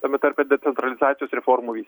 tame tarpe decentralizacijos reformų vys